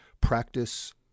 practice